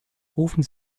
rufen